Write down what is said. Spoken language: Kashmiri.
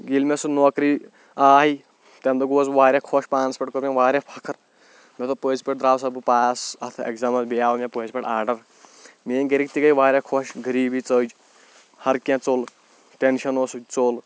ییٚلہِ مےٚ سُہ نوکری آے تَمہِ دۄہ گوس بہٕ واریاہ خۄش پانَس پٮ۪ٹھ کوٚر مےٚ واریاہ فخٕر مےٚ دوٚپ پٔزۍ پٲٹھۍ درٛاوسا بہٕ پاس اَتھ اٮ۪کزامَس بیٚیہِ آو مےٚ پٔزۍ پٲٹھۍ آرڈَر میٲنۍ گَرِکۍ تہِ گٔیے واریاہ خۄش غریٖبی ژٔج ہرکینٛہہ ژوٚل ٹٮ۪نشَن اوس سُہ تہِ ژوٚل